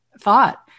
thought